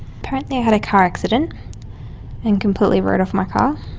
apparently i had a car accident and completely wrote off my car.